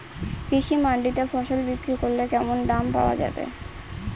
কৃষি মান্ডিতে ফসল বিক্রি করলে কেমন দাম পাওয়া যাবে?